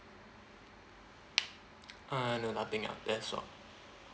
uh no nothing else that's all